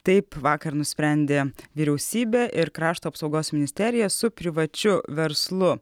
taip vakar nusprendė vyriausybė ir krašto apsaugos ministerija su privačiu verslu